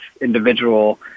individual